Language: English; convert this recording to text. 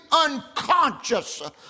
unconscious